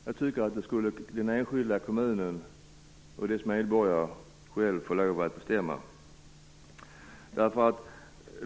Jag tycker att den enskilda kommunen och dess medborgare själva skulle få lov att bestämma detta.